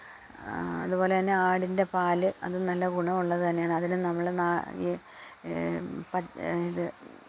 അതുപോലെ തന്നെ ആടിൻ്റെ പാല് അതും നല്ല ഗുണമുള്ളത് തന്നെയാണ് അതിന് നമ്മള് നാ ഈ പച് ഇത്